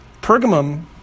Pergamum